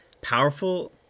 powerful